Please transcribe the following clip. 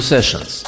sessions